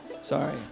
Sorry